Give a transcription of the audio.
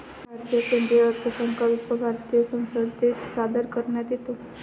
भारतीय केंद्रीय अर्थसंकल्प भारतीय संसदेत सादर करण्यात येतो